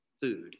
food